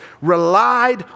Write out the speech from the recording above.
relied